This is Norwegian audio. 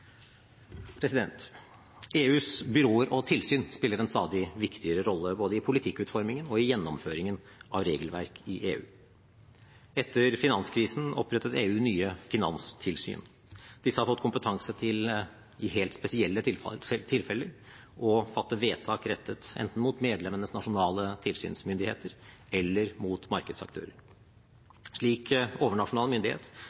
EUs byråer og tilsyn spiller en stadig viktigere rolle både i politikkutformingen og i gjennomføringen av regelverk i EU. Etter finanskrisen opprettet EU nye finanstilsyn. Disse har fått kompetanse til i helt spesielle tilfeller å fatte vedtak rettet enten mot medlemmenes nasjonale tilsynsmyndigheter eller mot markedsaktører. Slik overnasjonal myndighet